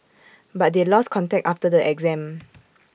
but they lost contact after the exam